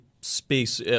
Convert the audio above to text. space